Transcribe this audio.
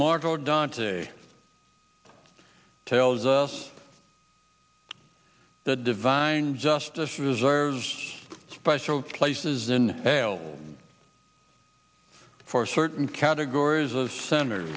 margot dante tells us that divine justice reserves special places in jail for certain categories of center